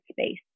space